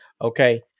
Okay